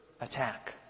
attack